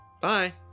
bye